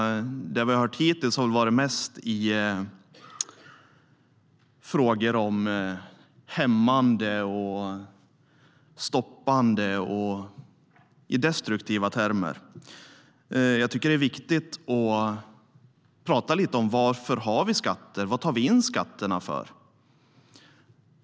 Det som vi har hört hittills har varit mest i hämmande, stoppande och destruktiva termer. Jag tycker att det är viktigt att tala lite om varför vi har skatter, varför vi tar in skatterna.